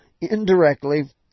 indirectly